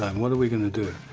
um what are we gonna do?